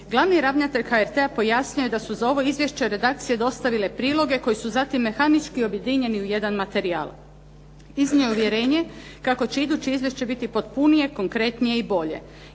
Glavni ravnatelj HRT-a pojasnio je da su za ovo izvješće redakcije dostavile priloge koji su zatim mehanički objedinjeni u jedan materijal. Iznio je uvjerenje kako će iduće izvješće biti potpunije, konkretnije i bolje.